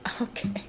okay